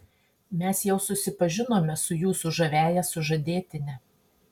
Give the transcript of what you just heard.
mes jau susipažinome su jūsų žaviąja sužadėtine